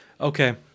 Okay